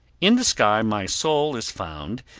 in the sky my soul is found,